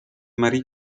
marie